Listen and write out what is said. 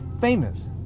famous